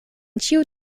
ĉiu